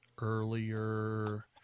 earlier